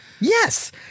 Yes